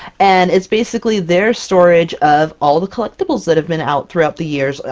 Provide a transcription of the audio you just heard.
and it's basically their storage of all the collectables that have been out throughout the years.